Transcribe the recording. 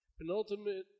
Penultimate